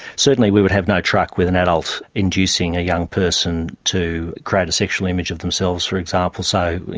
certainly we would have no truck with an adult inducing a young person to create a sexual image of themselves, for example. so,